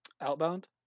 Outbound